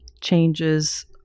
changes